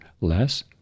less